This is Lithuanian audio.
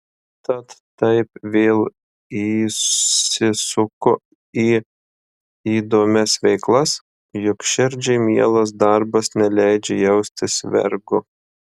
tad taip vėl įsisuku į įdomias veiklas juk širdžiai mielas darbas neleidžia jaustis vergu